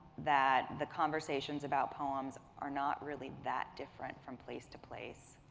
that the conversations about poems are not really that different from place to place,